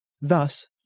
thus